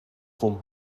fum